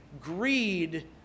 greed